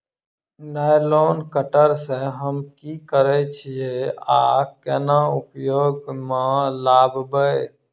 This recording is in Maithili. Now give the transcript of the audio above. नाइलोन कटर सँ हम की करै छीयै आ केना उपयोग म लाबबै?